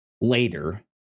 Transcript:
later